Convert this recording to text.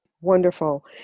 Wonderful